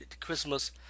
Christmas